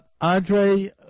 Andre